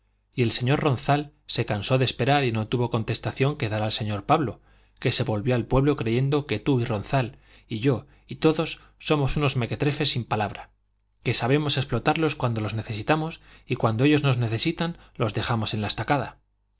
y el señor ronzal se cansó de esperar y no tuvo contestación que dar al señor pablo que se volvió al pueblo creyendo que tú y ronzal y yo y todos somos unos mequetrefes sin palabra que sabemos explotarlos cuando los necesitamos y cuando ellos nos necesitan los dejamos en la estacada